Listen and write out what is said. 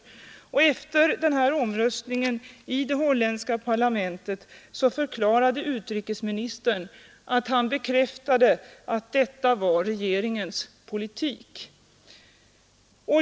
Efter denna omröstning i det holländska parlamentet bekräftade den holländska utrikesministern att detta var regeringens politik.